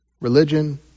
religion